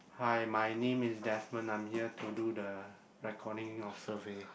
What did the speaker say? hi my name is Desmond I'm here to do the recording of survey